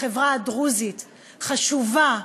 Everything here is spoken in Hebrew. החברה הדרוזית חשובה,